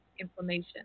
inflammation